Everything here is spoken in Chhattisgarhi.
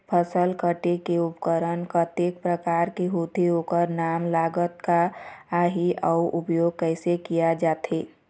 फसल कटेल के उपकरण कतेक प्रकार के होथे ओकर नाम लागत का आही अउ उपयोग कैसे किया जाथे?